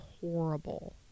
horrible